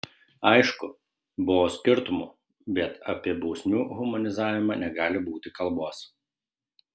aišku buvo skirtumų bet apie bausmių humanizavimą negali būti kalbos